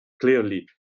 clearly